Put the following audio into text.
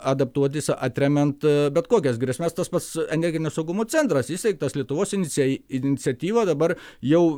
adaptuotis atremiant bet kokias grėsmes tas pats energinio saugumo centras įsteigtas lietuvos inicijai iniciatyva dabar jau